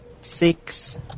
six